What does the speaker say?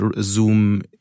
Zoom